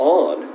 on